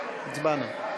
הצבענו.